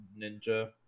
ninja